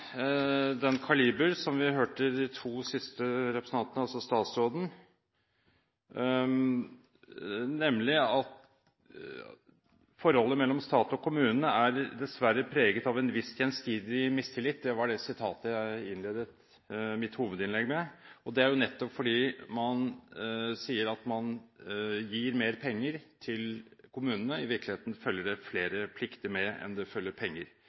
den kaliber som vi hørte av de to siste representantene, altså statsråden, nemlig at forholdet mellom stat og kommune er dessverre preget av en viss gjensidig mistillit. Det var det jeg innledet mitt hovedinnlegg med. Det er nettopp fordi man sier at man gir mer penger til kommunene, i virkeligheten følger det flere plikter med enn det følger penger.